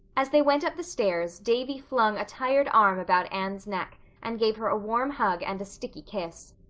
as they went up the stairs davy flung a tired arm about anne's neck and gave her a warm hug and a sticky kiss.